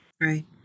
Right